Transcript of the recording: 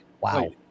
wow